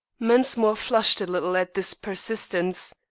mensmore flushed a little at this persistence.